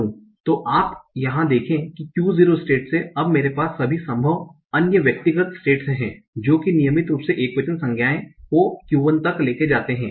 तो आप यहाँ देखें की Q0 स्टेट से अब मैंरे पास सभी संभव अन्य व्यक्तिगत स्टेट्स है जो कि नियमित रूप से एकवचन संज्ञाएं को Q1 तक ले जाता हैं